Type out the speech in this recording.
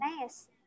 Nice